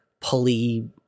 pulley